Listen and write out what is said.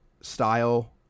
style